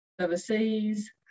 overseas